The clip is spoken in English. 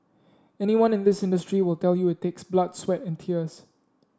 anyone in this industry will tell you it takes blood sweat and tears